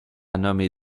nommé